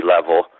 level